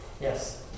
Yes